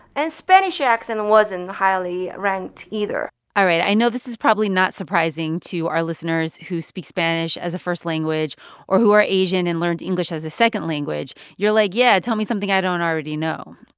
and spanish accent wasn't highly ranked either all right. i know this is probably not surprising to our listeners who speak spanish as a first language or who are asian and learned english as a second language. you're like, yeah, tell me something i don't already know.